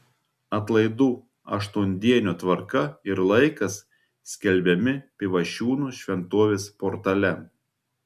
atlaidų aštuondienio tvarka ir laikas skelbiami pivašiūnų šventovės portale